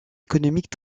économiques